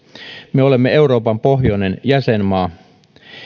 me olemme euroopan pohjoinen jäsenmaa